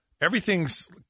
everything's